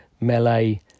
melee